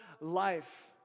life